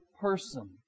person